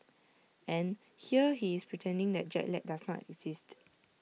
and here he is pretending that jet lag does not exist